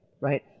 Right